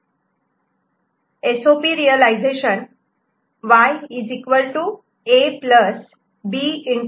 C' तर S O P realization Y A B